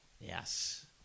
Yes